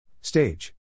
Stage